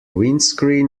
windscreen